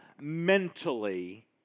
mentally